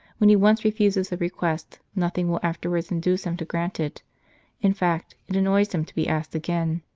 when he once refuses a request, nothing will afterwards induce him to grant it in fact, it annoys him to be asked again.